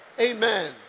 Amen